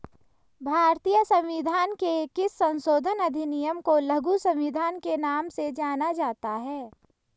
भारतीय संविधान के किस संशोधन अधिनियम को लघु संविधान के नाम से जाना जाता है?